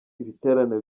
ibiterane